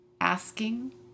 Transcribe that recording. asking